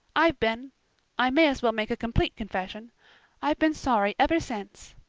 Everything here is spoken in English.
i've been i may as well make a complete confession i've been sorry ever since.